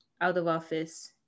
out-of-office